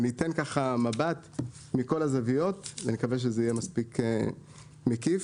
אני אתן מבט מכל הזוויות ונקווה שזה יהיה מספיק מקיף.